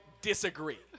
disagree